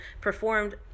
performed